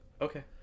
okay